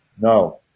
No